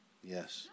Yes